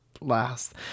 last